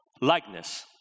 likeness